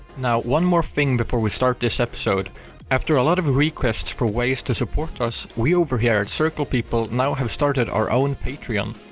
one more thing before we start this episode after a lot of requests for ways to support us, we over here at circle people now have started our own patreon!